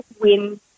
win